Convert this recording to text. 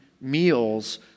meals